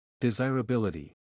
Desirability